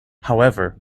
however